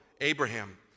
Abraham